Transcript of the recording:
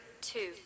two